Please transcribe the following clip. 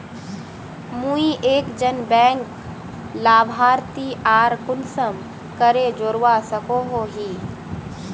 मुई एक जन बैंक लाभारती आर कुंसम करे जोड़वा सकोहो ही?